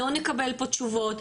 לא נקבל פה תשובות,